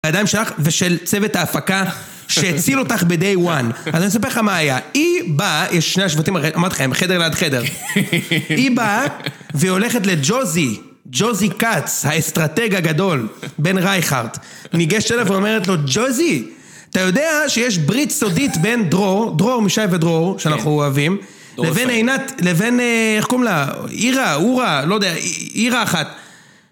הידיים שלך ושל צוות ההפקה שהציל אותך בדי-וואן אז אני אספר לך מה היה, היא בא יש שני השבטים, אמרתי לך הם חדר ליד חדר היא באה והיא הולכת לג'וזי, ג'וזי קאץ האסטרטג הגדול, בן רייכרד ניגשת אליו ואומרת לו ג'וזי, אתה יודע שיש ברית סודית בין דרור, דרור, מישי ודרור שאנחנו אוהבים, לבין אינת, לבין איך קוראים לה עירה, אורה, לא יודע, עירה אחת